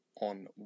on